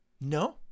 No